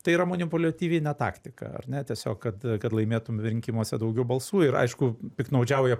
tai yra manipuliatyvinė taktika ar ne tiesiog kad kad laimėtum rinkimuose daugiau balsų ir aišku piktnaudžiauja